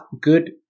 good